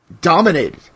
dominated